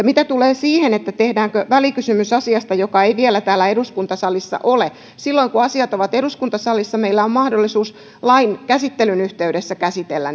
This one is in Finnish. mitä tulee siihen tehdäänkö välikysymys asiasta joka ei vielä täällä eduskuntasalissa ole niin silloin kun asiat ovat eduskuntasalissa meillä on mahdollisuus lain käsittelyn yhteydessä käsitellä